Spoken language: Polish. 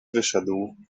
wyszedł